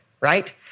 right